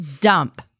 dump